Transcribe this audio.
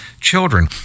children